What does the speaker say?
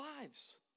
lives